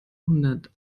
hundert